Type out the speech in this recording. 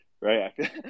right